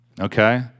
Okay